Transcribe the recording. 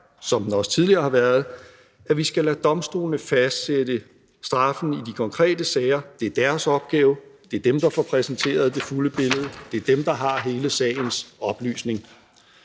som den også tidligere har været, at vi skal lade domstolene fastsætte straffen i de konkrete sager. Det er deres opgave, det er dem, der får præsenteret det fulde billede, og det er dem, der sikrer hele sagens oplysning.